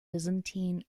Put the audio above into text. byzantine